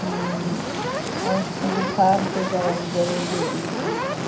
और बुखार के दवा जरूर दे दीजिएगा